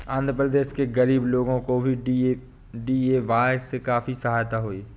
आंध्र प्रदेश के गरीब लोगों को भी डी.ए.वाय से काफी सहायता हुई है